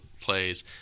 plays